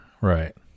Right